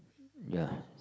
ya